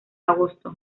agosto